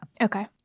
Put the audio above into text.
Okay